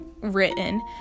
written